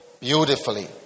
beautifully